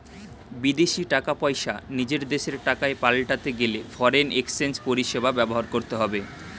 বিদেশী টাকা পয়সা নিজের দেশের টাকায় পাল্টাতে গেলে ফরেন এক্সচেঞ্জ পরিষেবা ব্যবহার করতে হবে